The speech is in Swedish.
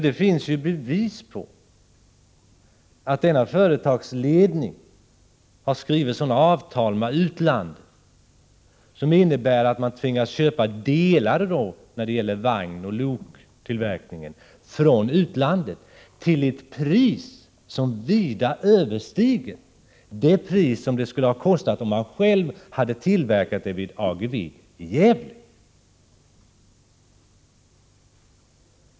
Det finns bevis på att denna företagsledning skrivit sådana avtal med utlandet som innebär att man tvingats köpa delar för vagnoch loktillverkningen från utlandet till ett pris som vida överstiger vad det skulle ha kostat om man tillverkade dem själv vid AGEVE i Gävle.